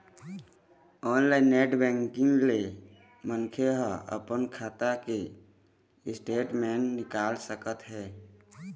online net banking ले मनखे ह अपन खाता के स्टेटमेंट निकाल सकत हे